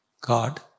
God